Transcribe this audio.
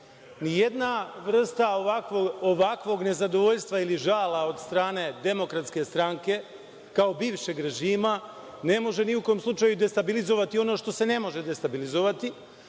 završim. Jedna vrsta ovakvog nezadovoljstva ili žala od strane Demokratske stranke kao bivšeg režima ne može ni u kom slučaju destabilizovati ono što ne može destabilizovati,